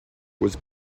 was